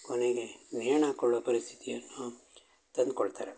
ಕೊನೆಗೆ ನೇಣು ಹಾಕೊಳ್ಳೊ ಪರಿಸ್ಥಿತಿಯನ್ನು ತಂದುಕೊಳ್ತಾರೆ